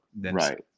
right